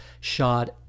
shot